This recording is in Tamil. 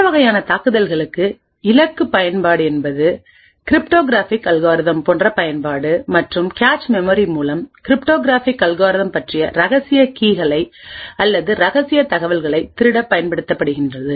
இந்த வகையான தாக்குதல்களுக்கு இலக்கு பயன்பாடு என்பதுகிரிப்டோகிராஃபிக் அல்காரிதம் போன்ற பயன்பாடு மற்றும் கேச் மெமரி மூலம் கிரிப்டோகிராஃபிக் அல்காரிதம் பற்றிய ரகசிய கீகளை அல்லது ரகசிய தகவல்களைத் திருடப் பயன்படுகிறது